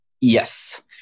Yes